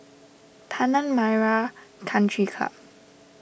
Tanah Merah Country Club